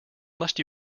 must